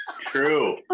true